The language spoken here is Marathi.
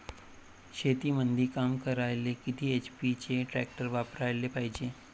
शेतीमंदी काम करायले किती एच.पी चे ट्रॅक्टर वापरायले पायजे?